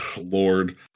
Lord